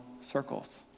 circles